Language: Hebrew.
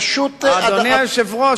אדוני היושב-ראש,